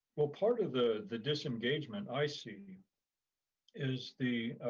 well, part of the the disengagement i see is the